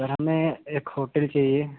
sir हमें एक hotel चाहिए